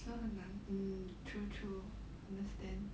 so 很难 mm true true understand